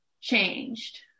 changed